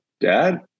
Dad